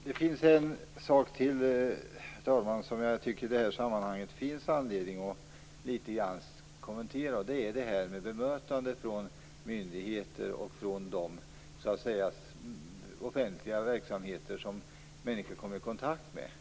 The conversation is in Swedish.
Herr talman! Det finns en sak till som det finns anledning att kommentera. Det gäller bemötandet från myndigheters sida och offentliga verksamheter som människor kommer i kontakt med.